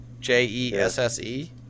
J-E-S-S-E